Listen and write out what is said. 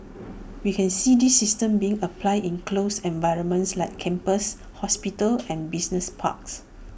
we can see these systems being applied in closed environments like campuses hospitals and business parks